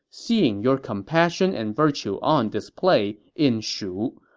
seeing your compassion and virtue on display in shu,